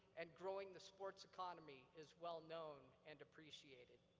and growing the sports economy is well known and appreciated.